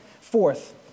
fourth